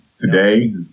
Today